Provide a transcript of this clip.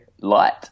light